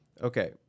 Okay